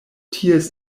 ties